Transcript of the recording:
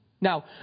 Now